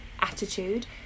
attitude